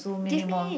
give me